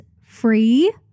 free